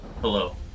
Hello